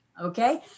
okay